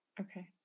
Okay